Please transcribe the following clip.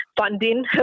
funding